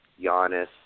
Giannis